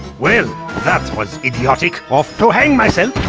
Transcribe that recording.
well that was idiotic. off to hang myself!